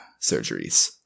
surgeries